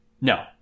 no